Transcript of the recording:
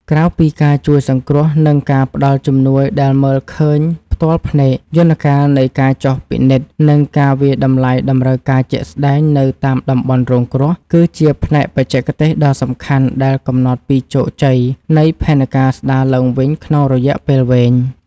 ក្រៅពីការជួយសង្គ្រោះ និងការផ្តល់ជំនួយដែលមើលឃើញផ្ទាល់ភ្នែក យន្តការនៃការចុះពិនិត្យ និងការវាយតម្លៃតម្រូវការជាក់ស្តែងនៅតាមតំបន់រងគ្រោះ គឺជាផ្នែកបច្ចេកទេសដ៏សំខាន់ដែលកំណត់ពីជោគជ័យនៃផែនការស្តារឡើងវិញក្នុងរយៈពេលវែង។